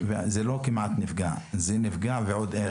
"כמעט נפגע" אלא זה נפגע ועוד איך.